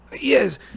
Yes